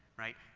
right?